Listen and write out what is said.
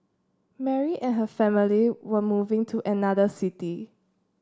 Mary and her family were moving to another city